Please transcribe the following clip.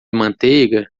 manteiga